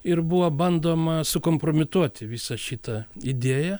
ir buvo bandoma sukompromituoti visą šitą idėją